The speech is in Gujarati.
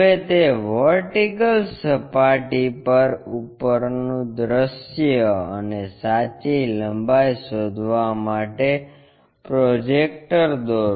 હવે તે વર્ટિકલ સપાટી પર ઉપર નું દૃશ્ય અને સાચી લંબાઈ શોધવા માટે પ્રોજેક્ટર દોરો